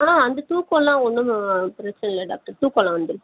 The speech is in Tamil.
ஆ அந்த தூக்கமெலாம் ஒன்றும் பிரச்சனை இல்லை டாக்டர் தூக்கமெலாம் வந்துடுது